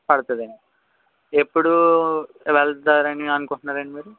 పడుతుందండి ఎప్పుడు వెళ్తారని అనుకుంటున్నారండి మీరు